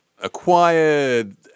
acquired